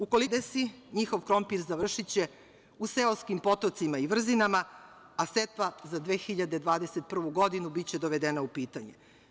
Ukoliko se to ne desi, njihov krompir završiće u seoskim potocima i vrzinama, a setva za 2021. godinu biće dovedena u pitanje.